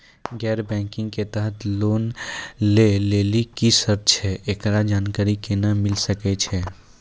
गैर बैंकिंग के तहत लोन लए लेली की सर्त छै, एकरो जानकारी केना मिले सकय छै?